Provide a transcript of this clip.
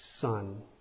Son